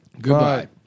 Goodbye